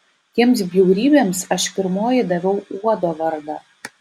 tiems bjaurybėms aš pirmoji daviau uodo vardą